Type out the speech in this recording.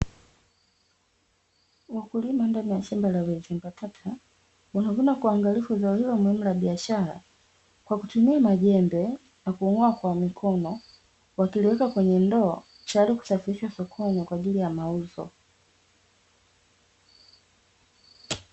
Wakulima ndani ya shamba la viazi mbatata wanavuna kwa uangalifu zao hilo muhimu la biashara kwa kutumia majembe, na kung'oa kwa mkono, wakiliweka kwenye ndoo tayari kusafirishwa sokoni kwa ajili ya mauzo.